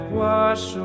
wash